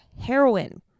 heroin